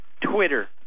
Twitter